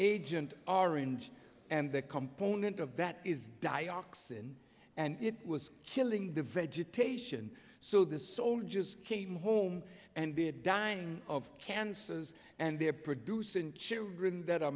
agent orange and the component of that is dioxin and it was killing the vegetation so the soldiers came home and they're dying of cancers and they're producing children that are